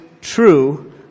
true